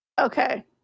Okay